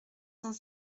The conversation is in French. cent